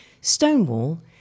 Stonewall